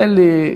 תן לי.